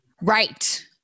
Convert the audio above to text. Right